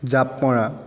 জাঁপ মৰা